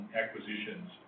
acquisitions